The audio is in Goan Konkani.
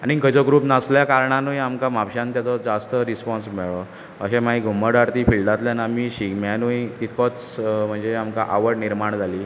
आनींक खंयचो ग्रूप नासल्या कारणानूय आमकां म्हापशांत तेचो जास्त रिस्पॉन्स मेळ्ळो अशें मागीर घुमट आरती फिल्डांतल्यान आमी शिगम्यांतूय तितकोच म्हणजे आमकां आवड निर्माण जाली